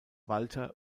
walter